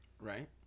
Right